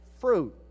fruit